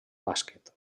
bàsquet